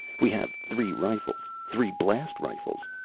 we have three rifles, three blast rifles.